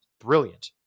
brilliant